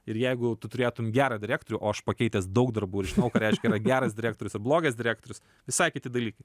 ir jeigu tu turėtum gerą direktorių o aš pakeitęs daug darbų ir žinau ką reiškia yra geras direktorius ir blogas direktorius visai kiti dalykai